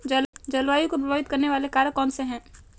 जलवायु को प्रभावित करने वाले कारक कौनसे हैं?